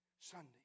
Sunday